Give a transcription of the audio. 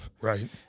Right